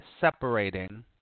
separating